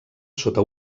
sota